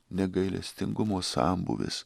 negailestingumo sambūvis